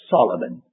Solomon